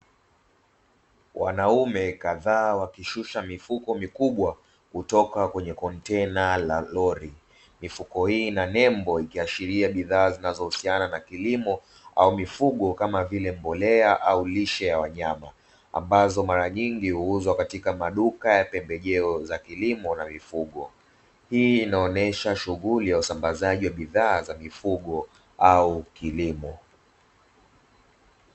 Wanaume kadhaa wakishusha mifuko mikubwa kutoka kwenye kontena la lori mifuko, hii inanembo ikiashiri bidhaa zinazohusiana na kilimo au mifugo kama vile mbolea au lishe ya wanyama; ambazo mara nyingi huuzwa katika maduka ya pembejeo za kilimo na mifugo, hii inaonyesha shughuli ya usambazaji wa bidhaa za mifugo au kilimo.